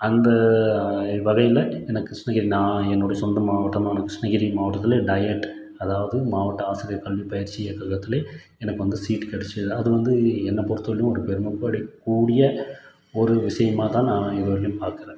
அந்த வகையில் எனக்கு கிருஷ்ணகிரி தான் என்னோடய சொந்த மாவட்டமான கிருஷ்ணகிரி மாவட்டத்தில் அதாவது மாவட்ட ஆசிரியர் கல்வி பயிற்சி கழகத்தில் எனக்கு வந்து சீட் கிடச்சுது அது வந்து என்னை பொறுத்தவரையிலும் ஒரு பெருமைப்படக்கூடிய ஒரு விஷயமாகதான் நான் இதைவந்து பார்க்குறேன்